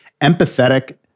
empathetic